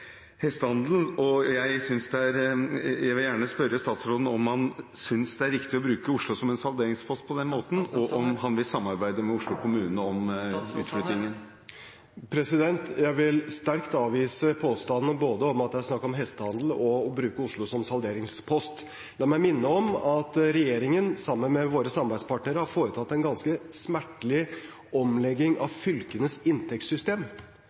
hestehandel. Jeg vil gjerne spørre statsråden om han synes det er riktig å bruke Oslo som en salderingspost på denne måten, og om han vil samarbeide med Oslo kommune om utviklingen. Jeg vil sterkt avvise påstandene, både om at det er snakk om hestehandel, og om at Oslo brukes som salderingspost. La meg minne om at regjeringen sammen med sine samarbeidspartnere har foretatt en ganske smertelig omlegging av fylkenes inntektssystem.